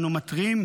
אנו מתריעים